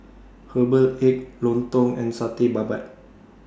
Herbal Egg Lontong and Satay Babat